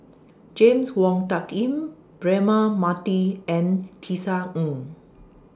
James Wong Tuck Yim Braema Mathi and Tisa Ng